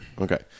Okay